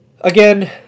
again